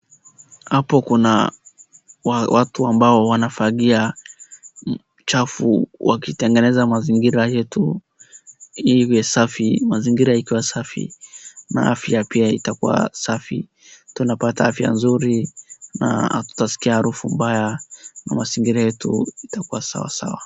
Hapo kuna watu ambao wanafagia chafu wakitengeneza mazingira yetu iwe safi. Mazingira ikiwa safi na afya pia itakuwa safi. Tunapata afya nzuri na hatutasikia harufu mbaya na mazingira yetu itakuwa sawasawa.